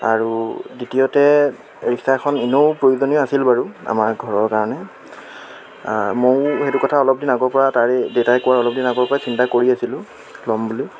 আৰু দ্বিতীয়তে ৰিক্সা এখন ইনেও প্ৰয়োজনীয় আছিল বাৰু আমাৰ ঘৰৰ কাৰণে মই সেইটো কথা অলপ দিন আগৰ পৰা তাৰে দেতাই কোৱা অলপ দিন আগৰ পৰা চিন্তা কৰি আছিলোঁ ল'ম বুলি